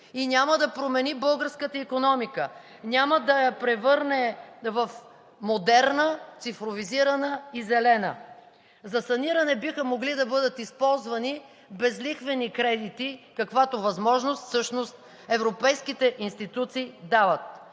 и няма да промени българската икономика, няма да я превърне в модерна, цифровизирана и зелена. За саниране биха могли да бъдат използвани безлихвени кредити, каквато възможност всъщност европейските институции дават.